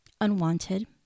unwanted